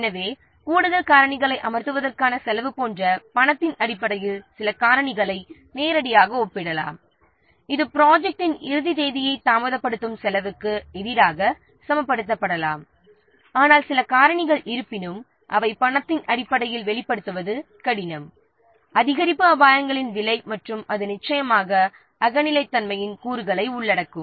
எனவே கூடுதல் காரணிகளை அமர்த்துவதற்கான செலவு போன்ற பணத்தின் அடிப்படையில் சில காரணிகளை நேரடியாக ஒப்பிடலாம் இது ப்ராஜெக்ட்டின் இறுதி தேதியை தாமதப்படுத்தும் செலவுக்கு எதிராக சமப்படுத்தப்படலாம் ஆனால் சில காரணிகள் இருப்பினும் அவை பணத்தின் அடிப்படையில் வெளிப்படுத்துவது கடினம் அதிகரிப்பு அபாயங்களின் விலை மற்றும் அது நிச்சயமாக அகநிலைத் தன்மையின் கூறுகளை உள்ளடக்கும்